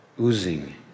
oozing